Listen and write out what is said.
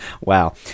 wow